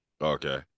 Okay